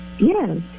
Yes